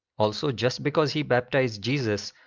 also, just because he baptized jesus,